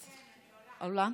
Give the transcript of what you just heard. כן, אני עולה.